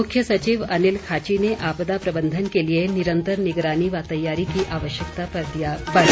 मुख्य सचिव अनिल खाची ने आपदा प्रबंधन के लिए निरंतर निगरानी व तैयारी की आवश्यकता पर दिया बल